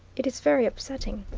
it is very upsetting.